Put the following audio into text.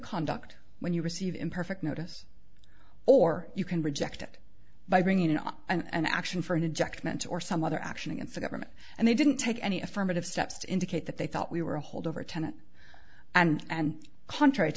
conduct when you receive imperfect notice or you can reject it by bringing it up and action for an object ment or some other action against the government and they didn't take any affirmative steps to indicate that they thought we were a holdover tenant and contra